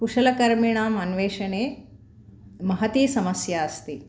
कुशलकर्मिणाम् अन्वेषणे महती समस्या अस्ति